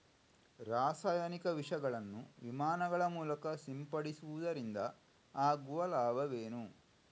ರಾಸಾಯನಿಕ ವಿಷಗಳನ್ನು ವಿಮಾನಗಳ ಮೂಲಕ ಸಿಂಪಡಿಸುವುದರಿಂದ ಆಗುವ ಲಾಭವೇನು?